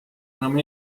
enam